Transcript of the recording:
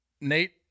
Nate